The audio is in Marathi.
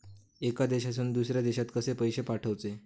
एका देशातून दुसऱ्या देशात पैसे कशे पाठवचे?